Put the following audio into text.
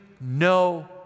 no